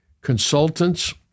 consultants